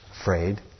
afraid